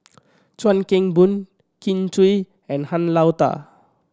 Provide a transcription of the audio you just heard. Chuan Keng Boon Kin Chui and Han Lao Da